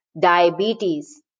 diabetes